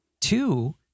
two